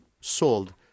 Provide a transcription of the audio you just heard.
sold